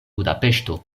budapeŝto